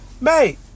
mate